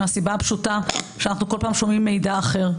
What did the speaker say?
מהסיבה הפשוטה שאנחנו כל פעם שומעים מידע אחר.